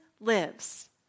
lives